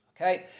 Okay